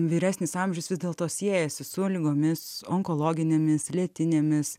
vyresnis amžius vis dėlto siejasi su ligomis onkologinėmis lėtinėmis